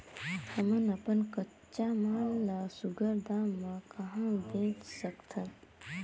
हमन अपन कच्चा माल ल सुघ्घर दाम म कहा बेच सकथन?